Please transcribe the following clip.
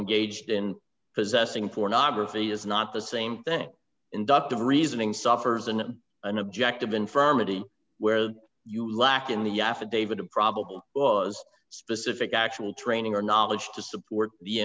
engaged in possessing pornography is not the same thing inductive reasoning suffers and an objective infirmity where you lack in the affidavit of probable cause specific actual training or knowledge to support the